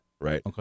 right